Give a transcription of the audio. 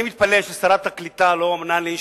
אני מתפלא ששרת הקליטה לא עונה לי,